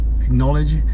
acknowledge